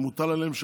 שמוטל עליהם,